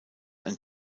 ein